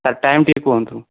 sir time ଟିକେ କୁହନ୍ତୁ